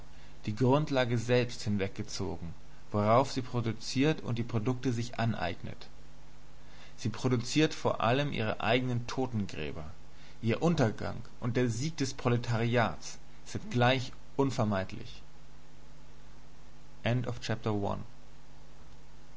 die grundlage selbst hinweggezogen worauf sie produziert und die produkte sich aneignet sie produziert vor allem ihren eigenen totengräber ihr untergang und der sieg des proletariats sind gleich unvermeidlich